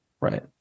right